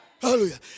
Hallelujah